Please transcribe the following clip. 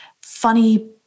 funny